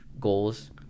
goals